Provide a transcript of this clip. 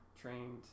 trained